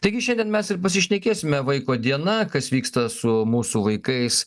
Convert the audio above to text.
taigi šiandien mes ir pasišnekėsime vaiko diena kas vyksta su mūsų laikais